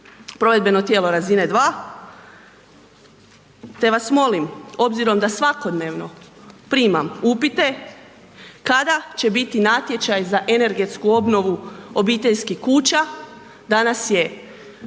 provedbeno tijelo razine dva. Te vas molim, obzirom da svakodnevno primam upite kada će biti natječaj za energetsku obnovu obiteljskih kuća, danas je